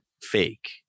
fake